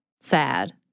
sad